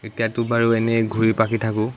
এতিয়াতো বাৰু এনেই ঘূৰি পকি থাকোঁ